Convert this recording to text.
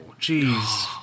jeez